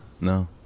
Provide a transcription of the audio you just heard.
no